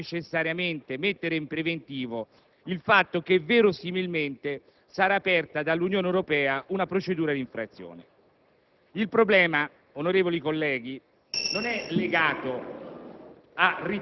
mettere necessariamente in preventivo il fatto che verosimilmente sarà aperta dall'Unione Europea una procedura di infrazione. Il problema, onorevoli colleghi, non è legato